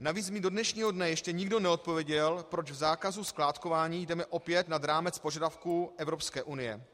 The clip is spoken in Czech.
Navíc mi do dnešního dne ještě nikdo neodpověděl, proč v zákazu skládkování jdeme opět nad rámec požadavků Evropské unie.